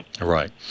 Right